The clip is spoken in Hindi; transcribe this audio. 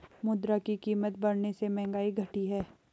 मुद्रा की कीमत बढ़ने से महंगाई घटी है